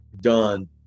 done